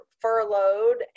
furloughed